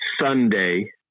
Sunday